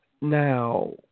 Now